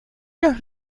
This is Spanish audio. los